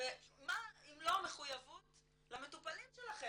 ומה אם לא מחויבות למטופלים שלכם,